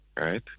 right